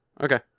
Okay